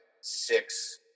six